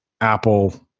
Apple